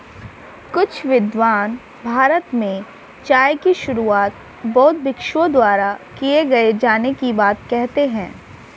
कुछ विद्वान भारत में चाय की शुरुआत बौद्ध भिक्षुओं द्वारा किए जाने की बात कहते हैं